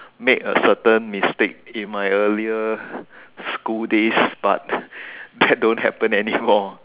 made a certain mistake in my earlier school days but that don't happen anymore